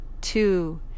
Two